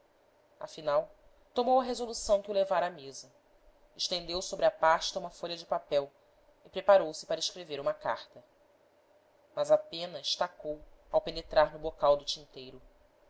afinal tomou a resolução que o levara à mesa estendeu sobre a pasta uma folha de papel e preparou-se para escrever uma carta mas a pena estacou ao penetrar no bocal do tinteiro